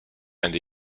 and